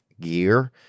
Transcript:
gear